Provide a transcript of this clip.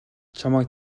чамайг